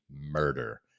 murder